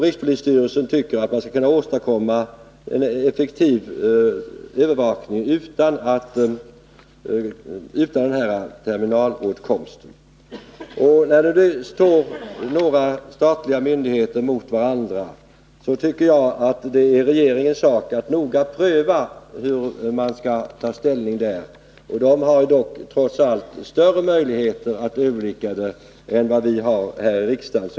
Rikspolisstyrelsen anser att man skall kunna åstadkomma en effektiv övervakning utan denna terminalåtkomst. När det som nu står olika statliga myndigheter mot varandra tycker jag att det är regeringens sak att noga pröva hur man skall ta ställning. Regeringen har trots allt större möjligheter till överblick än vad vi har här i riksdagen.